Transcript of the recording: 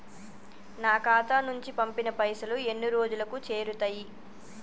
నా ఖాతా నుంచి పంపిన పైసలు ఎన్ని రోజులకు చేరుతయ్?